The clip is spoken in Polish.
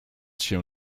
się